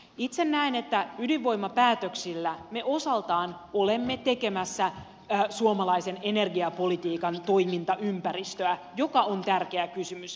itse näen että ydinvoimapäätöksillä me osaltamme olemme tekemässä suomalaisen energiapolitiikan toimintaympäristöä joka on tärkeä kysymys